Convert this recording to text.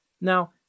Now